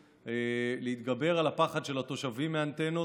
להתגבר על הפחד של התושבים מאנטנות.